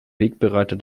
wegbereiter